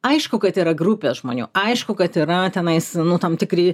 aišku kad yra grupė žmonių aišku kad yra tenais nu tam tikri